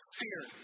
fear